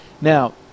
Now